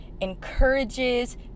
encourages